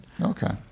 Okay